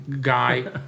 guy